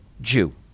Jew